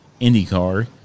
IndyCar